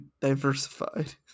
diversified